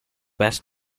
best